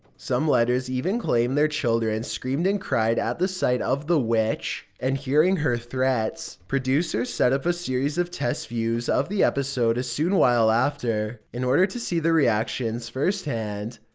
some letters even claimed their children screamed and cried at the sight of the witch and hearing her threats. producers set up a series of test views of the episode a soon while after, in order to see the reactions first hand.